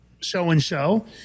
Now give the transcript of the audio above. so-and-so